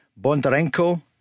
Bondarenko